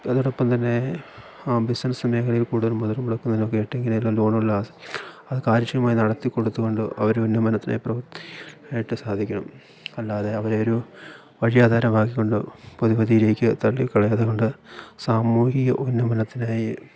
അതോടൊപ്പം തന്നെ ബിസിനസ്സ് മേഖലകളിൽ കൂടുതൽ മുതല്മുടക്ക് നിന്നൊക്കെയായിട്ട് ഇങ്ങനെ എല്ലാം ലോണുള്ളവർ അത് കാര്യക്ഷമമായി നടത്തി കൊടുത്തുകൊണ്ട് അവർ ഉന്നമനത്തിനായി പ്രവർത്തി ആയിട്ട് സാധിക്കണം അല്ലാതെ അവരെ ഒരു വഴിയാധാരമാക്കിക്കൊണ്ടോ പൊതുവഴിയിലേക്ക് തള്ളി കളയാതെകൊണ്ട് സാമൂഹിക ഉന്നമനത്തിനായി